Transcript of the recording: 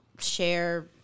share